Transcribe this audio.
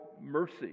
mercy